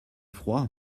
froid